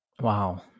Wow